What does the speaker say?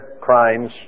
crimes